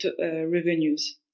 revenues